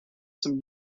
some